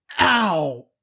ow